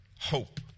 hope